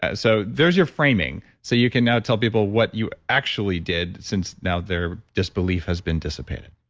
ah so there's your framing. so you can now tell people what you actually did since now their disbelief has been dissipated